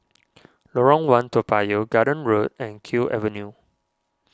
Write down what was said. Lorong one Toa Payoh Garden Road and Kew Avenue